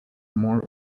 more